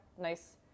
Nice